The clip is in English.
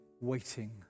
waiting